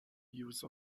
use